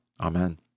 Amen